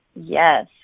Yes